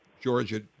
Georgia